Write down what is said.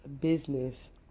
business